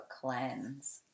cleanse